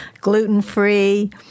gluten-free